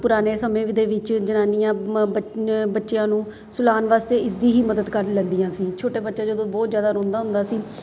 ਪੁਰਾਣੇ ਸਮੇਂ ਦੇ ਵਿੱਚ ਜਨਾਨੀਆਂ ਬੱਚਿਆਂ ਨੂੰ ਸੁਲਾਉਣ ਵਾਸਤੇ ਇਸਦੀ ਹੀ ਮਦਦ ਕਰ ਲੈਂਦੀਆਂ ਸੀ ਛੋਟੇ ਬੱਚੇ ਜਦੋਂ ਬਹੁਤ ਜ਼ਿਆਦਾ ਰੋਂਦਾ ਹੁੰਦਾ ਸੀ